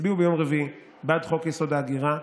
יצביעו ביום רביעי בעד חוק-יסוד: ההגירה.